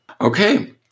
okay